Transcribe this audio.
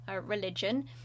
religion